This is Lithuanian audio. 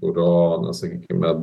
kurio na sakykime